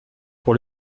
pour